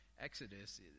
Exodus